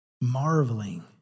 Marveling